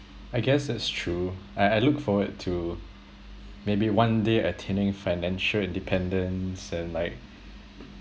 I guess that's true I I look forward to maybe one day attaining financial independence and like